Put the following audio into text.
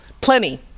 plenty